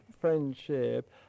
friendship